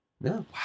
No